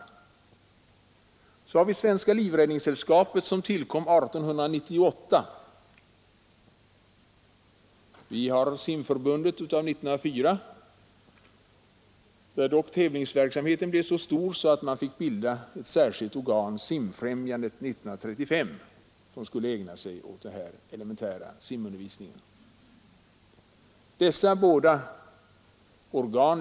Vidare har vi Svenska livräddningssällskapet, som tillkom 1898, och Simförbundet av 1904, där dock tävlingsverksamheten blev så stor att man år 1935 fick bilda ett särskilt organ, Simfrämjandet, som skulle ägna sig åt den elementära simundervisningen.